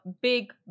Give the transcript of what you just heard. big